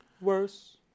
Worse